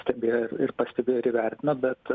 stebėjo ir ir pastebėjo ir įvertino bet